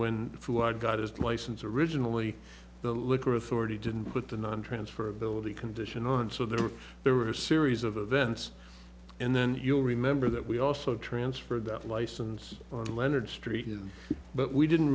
i got his license originally the liquor authority didn't put the non transfer ability condition on so there were there were series of events and then you'll remember that we also transferred that license on leonard street but we didn't